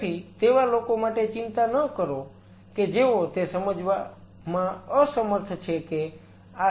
તેથી તેવા લોકો માટે ચિંતા ન કરો કે જેઓ તે સમજવામાં અસમર્થ છે કે આ સેલ લાઈન નો ખ્યાલ શું છે